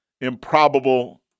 improbable